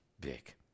big